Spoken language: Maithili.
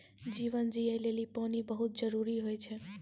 जीवन जियै लेलि पानी बहुत जरूरी होय छै?